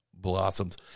blossoms